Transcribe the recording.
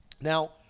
Now